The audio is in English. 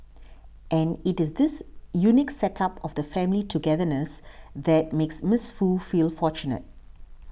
and it is this unique set up of family togetherness that makes Miss Foo feel fortunate